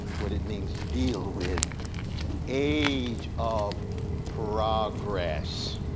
what it means to deal with an age of progress.